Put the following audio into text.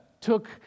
took